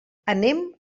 anem